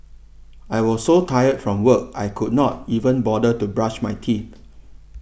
I was so tired from work I could not even bother to brush my teeth